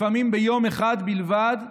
לפעמים ביום אחד בלבד,